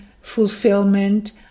fulfillment